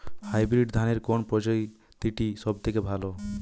Hybrid ধানের কোন প্রজীতিটি সবথেকে ভালো?